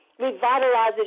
revitalizes